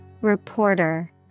Reporter